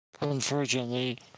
unfortunately